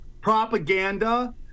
propaganda